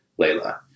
Layla